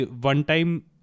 one-time